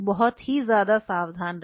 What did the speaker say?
बहुत सावधान रहें